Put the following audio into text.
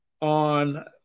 on